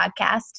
podcast